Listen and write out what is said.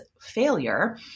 failure